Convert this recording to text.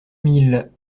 mille